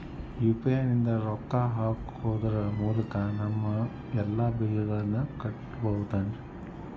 UPI ನಿಂದ ರೊಕ್ಕ ಹಾಕೋದರ ಮೂಲಕ ನಮ್ಮ ಎಲ್ಲ ಬಿಲ್ಲುಗಳನ್ನ ಕಟ್ಟಬಹುದೇನ್ರಿ?